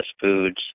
foods